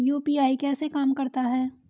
UPI कैसे काम करता है?